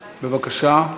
בבקשה.